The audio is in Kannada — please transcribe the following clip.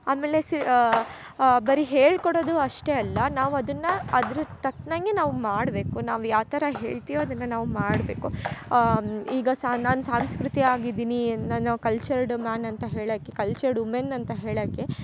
ಆಮೇಲೆ ಸಿ ಬರಿ ಹೇಳ್ಕೊಡೋದು ಅಷ್ಟೇ ಅಲ್ಲ ನಾವು ಅದನ್ನ ಅದ್ರ ತಕ್ನಂಗೆ ನಾವು ಮಾಡಬೇಕು ನಾವು ಯಾವ ಥರ ಹೇಳ್ತಿವೋ ಅದನ್ನ ನಾವು ಮಾಡಬೇಕು ಈಗ ಸಾ ನಾನು ಸಂಸ್ಕೃತಿ ಆಗಿದ್ದೀನಿ ನಾನು ಕಲ್ಚರ್ಡ್ ಮ್ಯಾನ್ ಅಂತ ಹೇಳಕ್ಕೆ ಕಲ್ಚರ್ಡ್ ವುಮೆನ್ ಅಂತ ಹೇಳಕ್ಕೆ